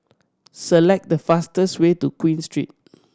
select the fastest way to Queen Street